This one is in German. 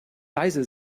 leise